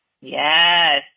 yes